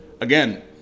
Again